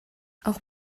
auch